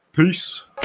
Peace